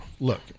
Look